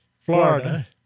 Florida